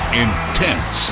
intense